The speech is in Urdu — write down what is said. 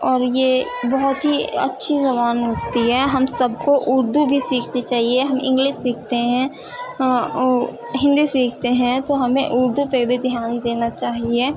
اور یہ بہت ہی اچھی زبان ہوتی ہے ہم سب کو اردو بھی سیکھنی چہیے ہم انگلش سیکھتے ہیں ہاں ہندی سیکھتے ہیں تو ہمیں اردو پہ بھی دھیان دینا چاہیے